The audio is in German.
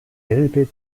elbe